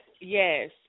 Yes